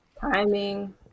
timing